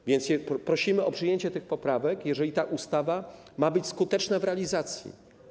A więc prosimy o przyjęcie tych poprawek, jeżeli ta ustawa ma być skuteczna w realizacji.